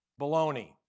baloney